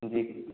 जी जी